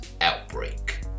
outbreak